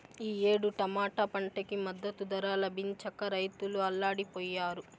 ఈ ఏడు టమాటా పంటకి మద్దతు ధర లభించక రైతులు అల్లాడిపొయ్యారు